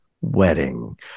Wedding